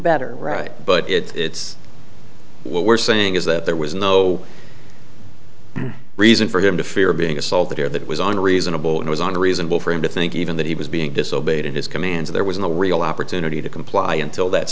better right but it's what we're saying is that there was no reason for him to fear being assaulted here that it was on a reasonable and was on reasonable for him to think even that he was being disobeyed in his commands there was no real opportunity to comply until that